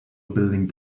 building